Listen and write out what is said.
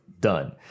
Done